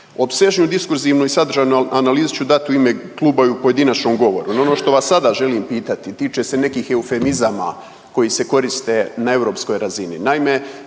Opsežniju diskurzivnu i sadržajnu analizu ću dati u ime kluba i u pojedinačnom govoru, no ono što vas sada želim pitati, tiče se nekih eufemizama koji se koriste na europskoj razini.